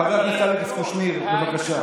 חבר הכנסת אלכס קושניר, בבקשה.